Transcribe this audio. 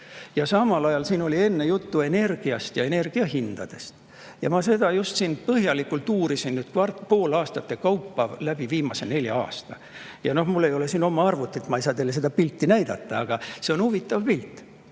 on tõsi. Siin oli enne juttu energiast ja energiahindadest. Ma seda just põhjalikult uurisin poolaastate kaupa läbi viimase nelja aasta. Mul ei ole siin oma arvutit, ma ei saa teile seda pilti näidata, aga see on huvitav pilt,